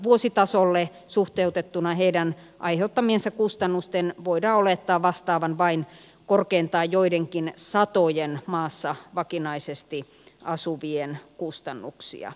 vuositasolle suhteutettuna heidän aiheuttamiensa kustannusten voidaan olettaa vastaavan vain korkeintaan joidenkin satojen maassa vakinaisesti asuvien kustannuksia